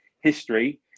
history